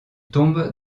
tombe